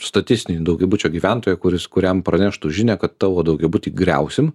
statistinį daugiabučio gyventoją kuris kuriam praneštų žinią kad tavo daugiabutį griausim